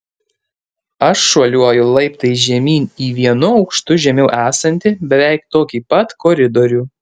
aš šuoliuoju laiptais žemyn į vienu aukštu žemiau esantį beveik tokį pat koridorių